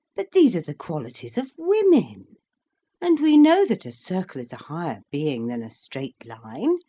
but these are the qualities of women! and we know that a circle is a higher being than a straight line,